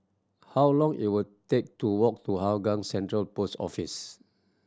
how long it will take to walk to Hougang Central Post Office